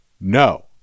No